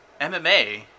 MMA